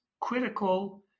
critical